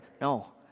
No